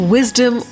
Wisdom